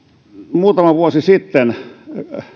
muutama vuosi sitten